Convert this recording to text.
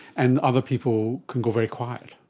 and other people can go very quiet.